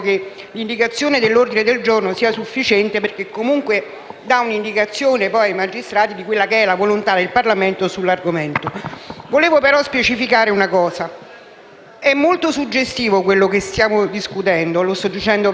possa essere rimarcata con un ordine del giorno, ma che non ci sia alcuna necessità di un emendamento.